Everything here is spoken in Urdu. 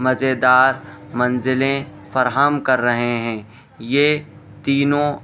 مزیدار منزلیں فراہم کر رہے ہیں یہ تینوں